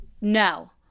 No